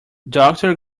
doctor